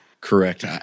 Correct